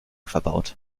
verbaut